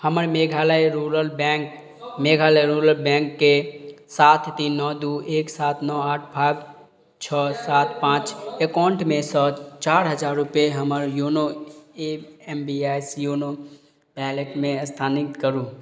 हमर Meghalaya rural bank Meghalaya rural बैँकके सात तीन नओ दुइ एक सात नओ आठ पाँच छओ सात पाँच एकाउन्टमेसँ चारि हजार रुपैआ हमर YONO A M B I S YONO वैलेटमे स्थानान्तरित करू